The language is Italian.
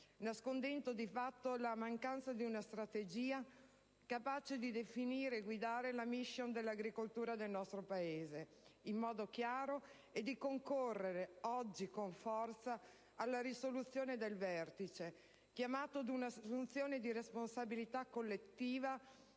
nascondendo di fatto la mancanza di una strategia capace di definire e guidare la *mission* dell'agricoltura del nostro Paese in modo chiaro e di concorrere, oggi, con forza alla risoluzione del vertice, chiamato ad un'assunzione di responsabilità collettiva